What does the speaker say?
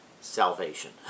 salvation